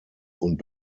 und